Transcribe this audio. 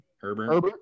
Herbert